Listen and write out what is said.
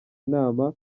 inama